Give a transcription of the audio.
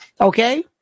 Okay